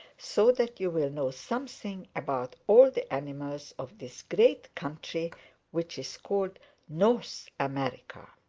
so that you will know something about all the animals of this great country which is called north america.